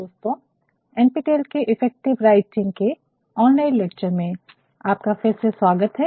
दोस्तों NPTEL के effective writing के ऑनलाइन लेक्चर में आपका फिर से स्वागत है